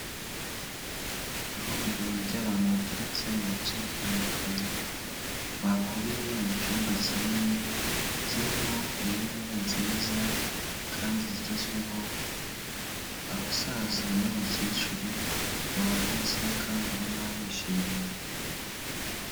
Ihuriro ry'abantu baturutse mu bice bitandukanye, bahuriye mu cyumba kinini, kirimo intebe nziza kandi zigezweho, abasaza n'abakecuru bahagaze, kandi ubona bishimye.